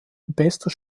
bester